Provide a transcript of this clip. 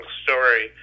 story